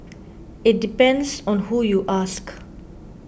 it depends on who you ask